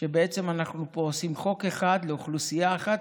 שאנחנו עושים חוק אחד לאוכלוסייה אחת,